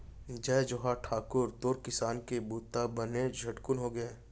जय जोहार ठाकुर, तोर किसानी के बूता बने झटकुन होगे?